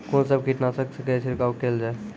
कून सब कीटनासक के छिड़काव केल जाय?